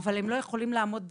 אבל הם לא יכולים לעמוד בזה.